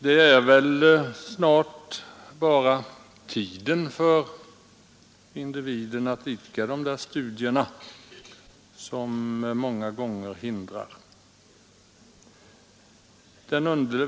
Det är i många fall snart bara bristande tid för individen att idka studier som lägger hinder i vägen.